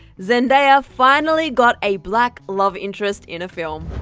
zendaya finally got a black love interest in a film!